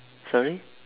sorry